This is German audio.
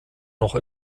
noch